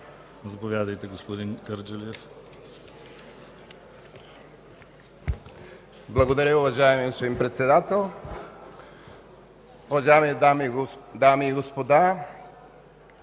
Заповядайте, господин Кърджалиев.